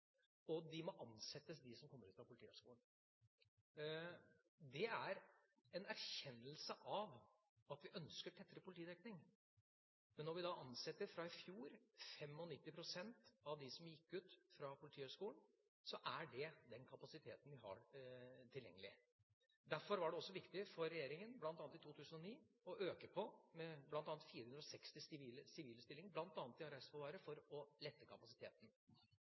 og de som kommer ut av Politihøgskolen, må ansettes. Det er en erkjennelse av at vi ønsker tettere politidekning, men når vi da i fjor ansatte 95 pst. av dem som gikk ut fra Politihøgskolen, er det den kapasiteten vi har tilgjengelig. Derfor var det også viktig for regjeringa i 2009 å øke med bl.a. 460 sivile stillinger bl.a. til arrestforvarere for å lette kapasiteten.